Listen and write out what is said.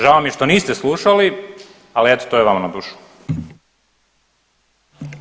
Žao mi je što niste slušali, ali eto, to je vama na dušu.